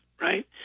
right